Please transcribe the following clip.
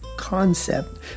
concept